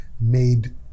made